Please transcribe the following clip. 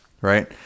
right